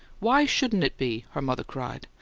why shouldn't it be? her mother cried.